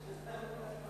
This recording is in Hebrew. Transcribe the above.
והחוק עובר ברוב של שבעה,